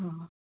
हा